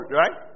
right